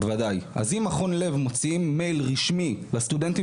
אז אם מכון לב מוציאים מייל רשמי לסטודנטים